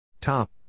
Top